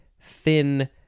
thin